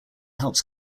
helps